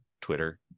Twitter